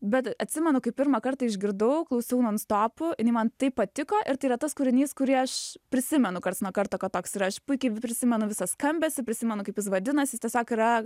bet atsimenu kai pirmą kartą išgirdau klausiau non stopu man taip patiko ir tai yra tas kūrinys kurį aš prisimenu karts nuo karto kad toks ir aš puikiai prisimenu visą skambesį prisimenu kaip jis vadinasi tiesiog yra